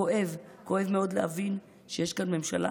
כואב, כואב מאוד להבין שיש כאן ממשלה